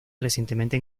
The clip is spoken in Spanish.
recientemente